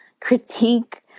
critique